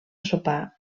sopar